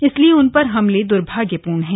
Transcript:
इसलिए उनपर हमले दुर्भाग्यपूर्ण हैं